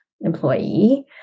employee